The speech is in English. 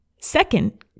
Second